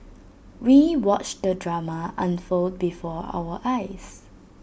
we watched the drama unfold before our eyes